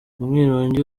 umwirongi